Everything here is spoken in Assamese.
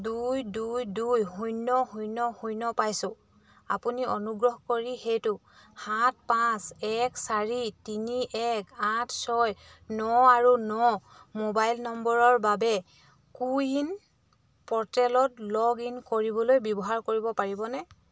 দুই দুই দুই শূন্য শূন্য শূন্য পাইছোঁ আপুনি অনুগ্ৰহ কৰি সেইটো সাত পাঁচ এক চাৰি তিনি এক আঠ ছয় ন আৰু ন মোবাইল নম্বৰৰ বাবে কো ৱিন প'ৰ্টেলত লগ ইন কৰিবলৈ ব্যৱহাৰ কৰিব পাৰিবনে